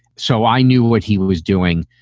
so i knew what he was doing.